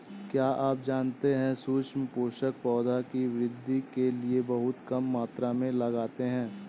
क्या आप जानते है सूक्ष्म पोषक, पौधों की वृद्धि के लिये बहुत कम मात्रा में लगते हैं?